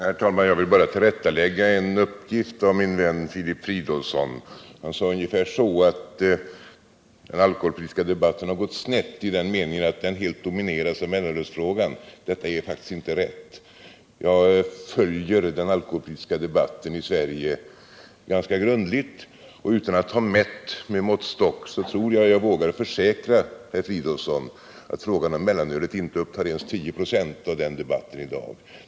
Herr talman! Jag vill bara tillrättalägga en uppgift av min vän Filip Fridolfsson. Han sade att den alkoholpolitiska debatten har gått snett i den meningen att den helt domineras av mellanölsfrågan. Det är faktiskt inte riktigt. Jag följer den alkoholpolitiska debatten i Sverige ganska grundligt, och utan att ha mätt med måttstock vågar jag försäkra Filip Fridolfsson att frågan om mellanölet inte upptar ens 10 2, av den debatten i dag.